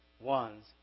ones